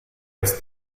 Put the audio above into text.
ist